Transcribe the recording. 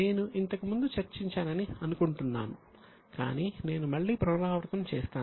నేను ఇంతకుముందు చర్చించానని అనుకుంటున్నాను కానీ నేను మళ్ళీ పునరావృతం చేస్తాను